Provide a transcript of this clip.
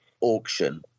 auction